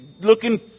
looking